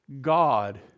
God